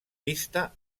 pista